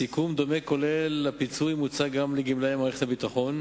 סיכום דומה כולל לפיצוי מוצע גם לגמלאי מערכת הביטחון.